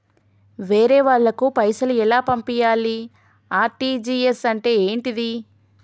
వేరే వాళ్ళకు పైసలు ఎలా పంపియ్యాలి? ఆర్.టి.జి.ఎస్ అంటే ఏంటిది?